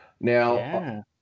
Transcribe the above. now